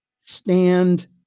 stand